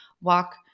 walk